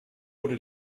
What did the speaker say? wurde